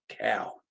cow